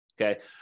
okay